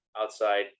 outside